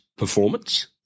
performance